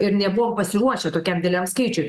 ir nebuvom pasiruošę tokiam dideliam skaičiui